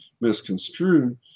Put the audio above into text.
misconstrued